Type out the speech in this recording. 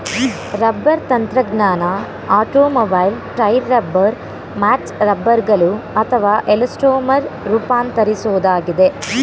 rubber ತಂತ್ರಜ್ಞಾನ automobile tyre rubber mats ರಬ್ಬರ್ಗಳು ಅಥವಾ ಎಲಾಸ್ಟೊಮರ್ ರೂಪಾಂತರಿಸೋದಾಗಿದೆ